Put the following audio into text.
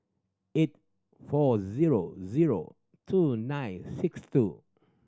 eight four zero zero two nine six two